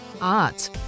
art